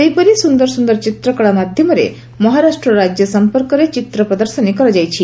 ସେହିପରି ସୁନ୍ଦର ସୁନ୍ଦର ଚିତ୍ର କଳା ସାହାଯ୍ୟରେ ମହରାଷ୍ଟ୍ର ରାଜ୍ୟ ସମ୍ପର୍କରେ ଚିତ୍ର ପ୍ରଦର୍ଶନୀ କରାଯାଇଛି